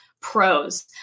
pros